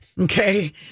Okay